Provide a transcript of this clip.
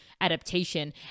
adaptation